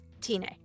Tina